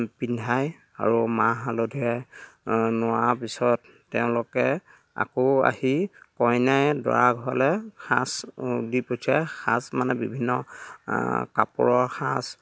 পিন্ধায় আৰু মাহ হালধিৰে নোওঁৱাৰ পিছত তেওঁলোকে আকৌ আহি কইনাই দৰা ঘৰলে সাজ দি পঠিয়ায় সাজ মানে বিভিন্ন কাপোৰৰ সাজ